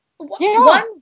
one